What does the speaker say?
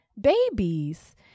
babies